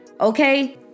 Okay